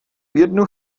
jednu